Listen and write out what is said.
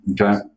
Okay